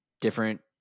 different